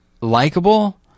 likable